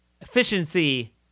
efficiency